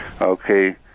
Okay